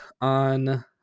on